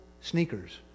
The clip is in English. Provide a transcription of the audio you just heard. sneakers